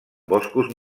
boscos